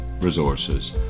resources